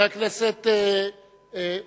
בבקשה,